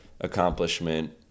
accomplishment